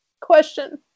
Question